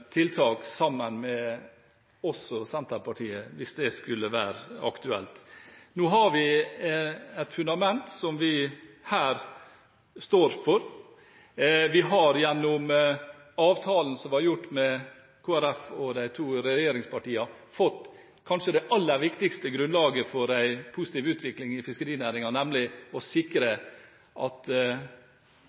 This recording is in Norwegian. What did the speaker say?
tiltak også sammen med Senterpartiet, hvis det skulle være aktuelt. Nå har vi et fundament som vi står for. Vi har gjennom avtalen som ble gjort med Kristelig Folkeparti og de to regjeringspartiene, fått det kanskje aller viktigste grunnlaget for en positiv utvikling i fiskerinæringen, nemlig å sikre at